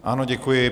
Ano, děkuji.